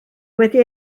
wedi